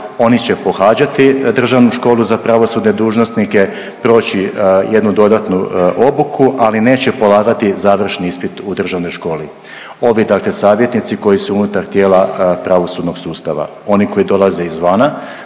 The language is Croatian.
oni će pohađati Državnu školu za pravosudne dužnosnike, proći jednu dodatnu obuku, ali neće polagati završni ispit u Državnoj školi. Ovi, dakle, savjetnici koji su unutar tijela pravosudnog sustava, oni koji dolaze izvana,